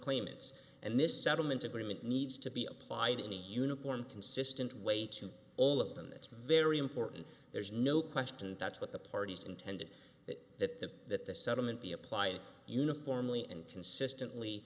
claimants and this settlement agreement needs to be applied in a uniform consistent way to all of them that's very important there's no question touch with the parties intended that the settlement be applied uniformly and consistently